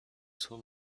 some